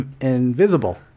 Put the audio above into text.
Invisible